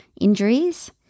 injuries